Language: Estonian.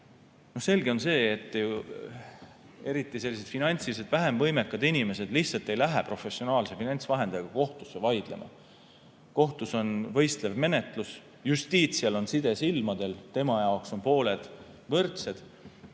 Selge on see, et eriti sellised finantsiliselt vähem võimekad inimesed lihtsalt ei lähe professionaalse finantsvahendajaga kohtusse vaidlema. Kohtus on võistlev menetlus, Justitial on side silmadel, tema jaoks on pooled võrdsed.